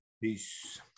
peace